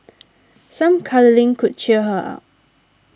some cuddling could cheer her up